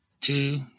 Two